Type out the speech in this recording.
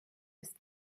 ist